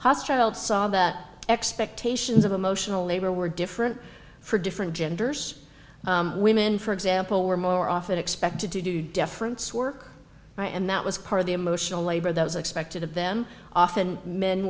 hostiles saw that expectations of emotional labor were different for different genders women for example were more often expected to do deference work and that was part of the emotional labor that was expected of them often men